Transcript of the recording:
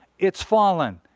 it's fallen.